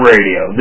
Radio